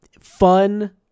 fun